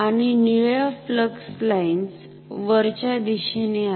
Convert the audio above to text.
आणि निळ्या flux lines वरच्या दिशेने आहेत